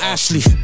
Ashley